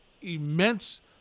immense